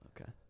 Okay